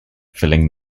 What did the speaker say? filling